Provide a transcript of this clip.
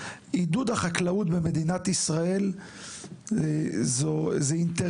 עידוד החקלאות במדינת ישראל הוא אינטרס